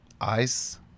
ICE